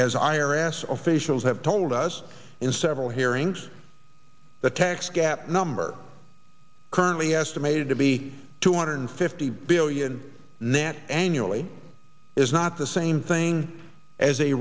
asked officials have told us in several hearings the tax gap number currently estimated to be two hundred fifty billion net annually is not the same thing as a